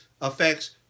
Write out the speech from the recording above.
affects